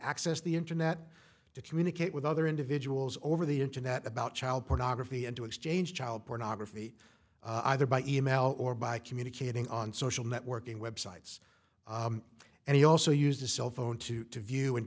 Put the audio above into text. access the internet to communicate with other individuals over the internet about child pornography and to exchange child pornography either by e mail or by communicating on social networking websites and he also used a cell phone to view and